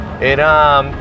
era